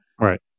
Right